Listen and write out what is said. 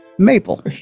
maple